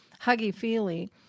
huggy-feely